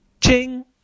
Ching